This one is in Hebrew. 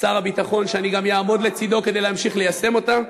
ואני גם אעמוד לצדו כדי ליישם אותה,